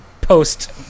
post